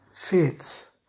Faith